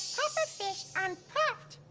puffer fish unpuffed,